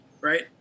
Right